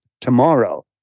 tomorrow